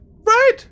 Right